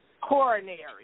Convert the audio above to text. Coronary